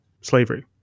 slavery